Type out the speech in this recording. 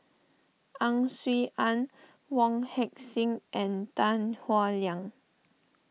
Ang Swee Aun Wong Heck Sing and Tan Howe Liang